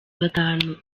batanu